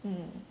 mm